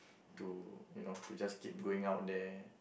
to you know to just keep going out there